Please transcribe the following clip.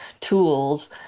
tools